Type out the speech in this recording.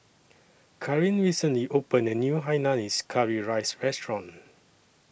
Karin recently opened A New Hainanese Curry Rice Restaurant